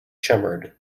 shimmered